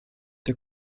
der